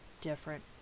different